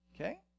Okay